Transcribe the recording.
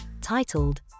titled